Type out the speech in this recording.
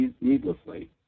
needlessly